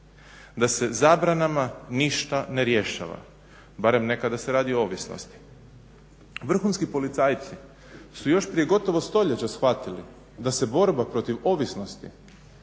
da se zabranama ništa ne rješava, barem ne kada se radi o ovisnosti. Vrhunski policajci su još prije gotovo stoljeća shvatili da se borba protiv ovisnosti